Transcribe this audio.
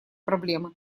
проблемы